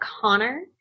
Connor